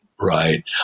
Right